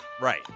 Right